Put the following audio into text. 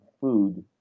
food